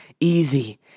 easy